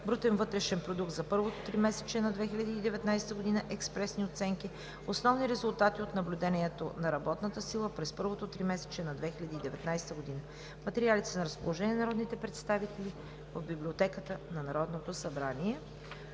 брутен вътрешен продукт за първото тримесечие на 2019 г. – експресни оценки; основни резултати от наблюдението на работната сила през първото тримесечие на 2019 г. Материалите са на разположение на народните представители в Библиотеката на Народното събрание.